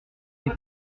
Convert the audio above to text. mais